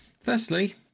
firstly